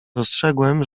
dostrzegłem